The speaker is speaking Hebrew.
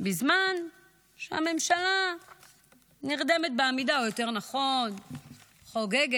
בזמן שהממשלה נרדמת בעמידה או יותר נכון חוגגת